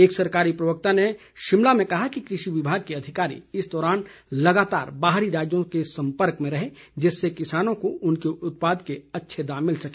एक सरकारी प्रवक्ता ने शिमला में कहा कि कृषि विभाग के अधिकारी इस दौरान लगातार बाहरी राज्यों के सम्पर्क में रहे जिससे किसानों को उनके उत्पाद के अच्छे दाम मिल सके